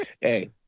hey